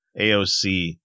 AOC